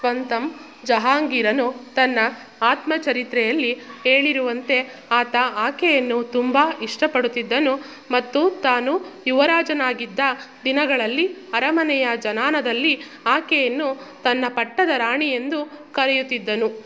ಸ್ವಂತಮ್ ಜಹಾಂಗೀರನು ತನ್ನ ಆತ್ಮಚರಿತ್ರೆಯಲ್ಲಿ ಹೇಳಿರುವಂತೆ ಆತ ಆಕೆಯನ್ನು ತುಂಬ ಇಷ್ಟಪಡುತ್ತಿದ್ದನು ಮತ್ತು ತಾನು ಯುವರಾಜನಾಗಿದ್ದ ದಿನಗಳಲ್ಲಿ ಅರಮನೆಯ ಜನಾನದಲ್ಲಿ ಆಕೆಯನ್ನು ತನ್ನ ಪಟ್ಟದ ರಾಣಿ ಎಂದು ಕರೆಯುತ್ತಿದ್ದನು